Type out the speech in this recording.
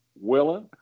willing